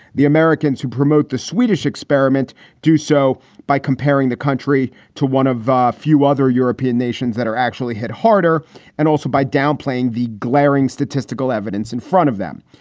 the americans who promote the swedish experiment do so by comparing the country to one of a few other european nations that are actually hit harder and also by downplaying the glaring statistical evidence in front of them.